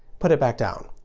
put it back down.